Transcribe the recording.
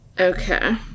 Okay